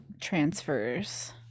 transfers